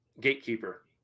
gatekeeper